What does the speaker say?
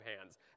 hands